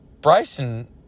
Bryson